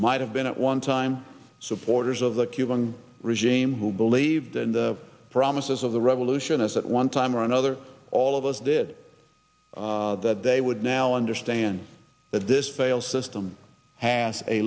might have been at one time supporters of the cuban regime who believed in the promises of the revolution as at one time or another all of us did that they would now understand that this failed system has a